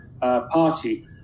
party